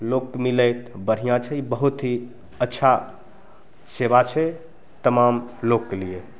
लोकके मिलै बढ़िआँ छै बहुत ही अच्छा सेवा छै तमाम लोकके लिए